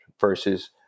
versus